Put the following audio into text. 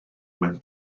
mewn